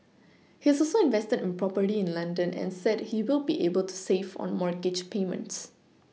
he has also invested in property in London and said he will be able to save on mortgage payments